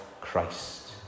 Christ